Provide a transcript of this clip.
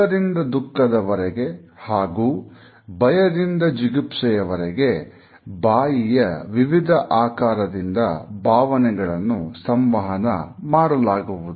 ಸುಖದಿಂದ ದುಃಖದವರೆಗೆ ಹಾಗೂ ಭಯದಿಂದ ಜಿಗುಪ್ಸೆಯವರೆಗೆ ಬಾಯಿಯ ವಿವಿಧ ಆಕಾರದಿಂದ ಭಾವನೆಗಳನ್ನು ಸಂವಹನ ಮಾಡಲಾಗುವುದು